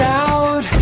out